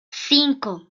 cinco